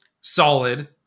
solid